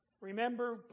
Remember